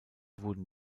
wurden